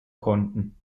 konnten